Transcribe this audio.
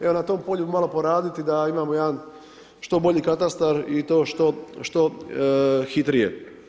Evo, na tom polju malo poraditi da imamo jedan što bolji katastar i to što hitrije.